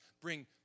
bring